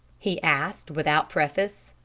he asked, without preface.